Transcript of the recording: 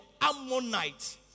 Ammonite